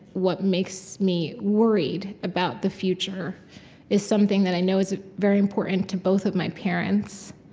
what makes me worried about the future is something that i know is very important to both of my parents.